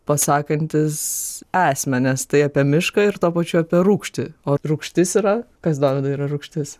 pasakantis esmę nes tai apie mišką ir tuo pačiu apie rūgštį o rūgštis yra kas dovydai yra rūgštis